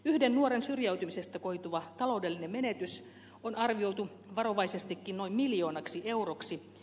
yhden nuoren syrjäytymisestä koituva taloudellinen menetys on arvioitu varovaisestikin noin miljoonaksi euroksi